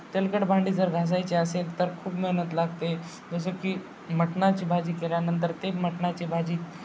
तेलकट भांडी जर घासायची असेल तर खूप मेहनत लागते जसं की मटणाची भाजी केल्यानंतर ते मटणाची भाजी